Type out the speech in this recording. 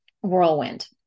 whirlwind